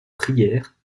prière